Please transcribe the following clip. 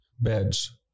beds